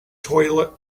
toilet